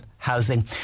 Housing